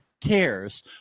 cares